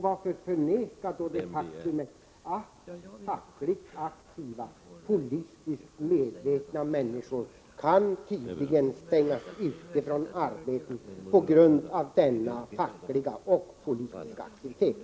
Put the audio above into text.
Varför förneka det faktum att fackligt aktiva, politiskt medvetna människor tydligen kan stängas ute från arbetet på grund av denna fackliga och politiska aktivitet?